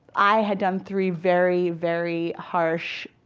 i had done three very, very harsh,